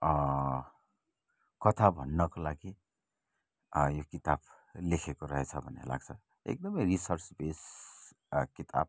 कथा भन्नको लागि यो किताब लेखेको रहेछ भन्ने लाग्छ एकदमै रिसर्च बेस किताब